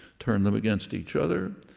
turn them against each other,